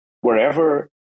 wherever